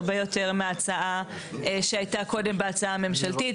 הרבה יותר מההצעה שהייתה קודם בהצעה הממשלתית,